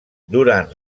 durant